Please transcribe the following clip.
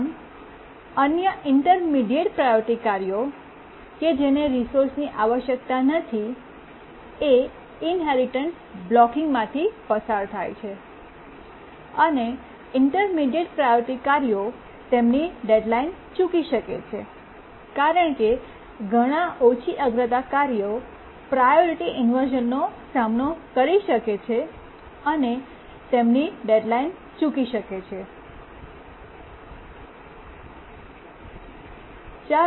આમ અન્ય intermediate priority કાર્યો કે જેને રિસોર્સની આવશ્યકતા નથી એ ઇન્હેરિટન્સ બ્લૉકિંગ માંથી પસાર થાય છે અને ઇન્ટર્મીડિએટ્ પ્રાયોરિટી કાર્યો તેમની ડેડ્લાઇન ચૂકી શકે છે કારણ કે ઘણા ઓછી અગ્રતા કાર્ય પ્રાયોરિટી ઇન્વર્શ઼નનો સામનો કરી શકે છે અને તેમની ડેડ્લાઇન ચૂકી શકે છે